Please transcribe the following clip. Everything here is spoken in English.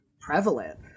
prevalent